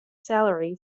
salary